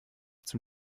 zum